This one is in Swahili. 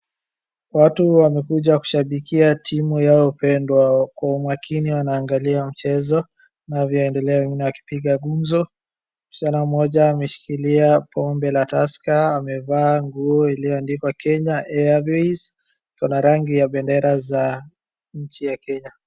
Watu wamekuja kushabikia timu yao pendwa kwa umakini. Wanaangalia mchezo unavyoendelea wengine wakipiga gumzo. Msichana mmoja ameshikilia pombe la Tusker, amevaa nguo iliyoandikwa Kenya Airways iko na rangi za bendera ya nchi ya Kenya.